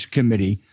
Committee